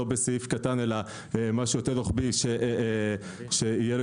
לא בסעיף קטן אלא משהו יותר רוחבי שיהיה לו